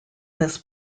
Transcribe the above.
this